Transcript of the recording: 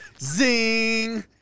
Zing